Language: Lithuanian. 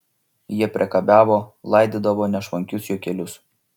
jie priekabiavo laidydavo nešvankius juokelius